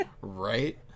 Right